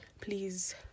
please